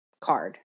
Card